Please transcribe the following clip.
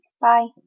Bye